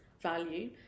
value